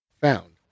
found